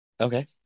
Okay